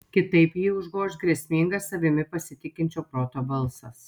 kitaip jį užgoš grėsmingas savimi pasitikinčio proto balsas